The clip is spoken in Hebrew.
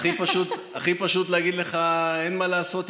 הכי פשוט להגיד לך: אין מה לעשות,